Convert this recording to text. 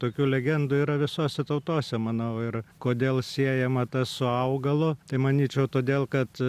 tokių legendų yra visose tautose manau ir kodėl siejama tas su augalu tai manyčiau todėl kad